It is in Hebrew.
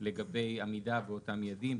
לגבי עמידה באותם יעדים,